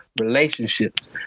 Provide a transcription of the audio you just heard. relationships